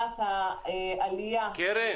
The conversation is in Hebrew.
-- קרן,